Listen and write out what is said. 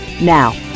Now